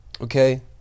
Okay